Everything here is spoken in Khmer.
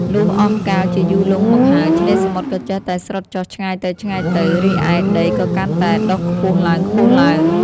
លុះអស់កាលជាយូរលង់មកហើយ ឆ្នេរសមុទ្រក៏ចេះតែស្រុតចុះឆ្ងាយទៅៗ រីឯដីក៏កាន់តែដុះខ្ពស់ឡើងៗ ។